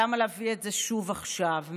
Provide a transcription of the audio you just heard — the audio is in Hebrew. למה להביא את זה שוב עכשיו?